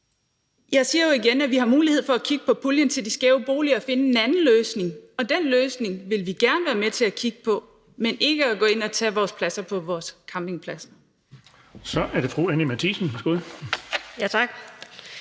jeg siger jo igen, at vi har mulighed for at kigge på puljen til de skæve boliger og finde en anden løsning. Den løsning vil vi gerne være med til at kigge på, men ikke at gå ind og tage pladserne på vores campingpladser. Kl. 16:48 Den fg.